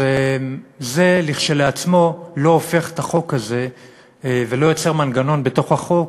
זה כשלעצמו לא הופך את החוק ולא יוצר מנגנון בתוך החוק